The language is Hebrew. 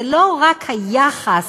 זה לא רק היחס